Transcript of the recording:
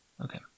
Okay